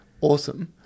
awesome